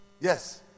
Yes